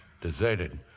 Deserted